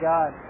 God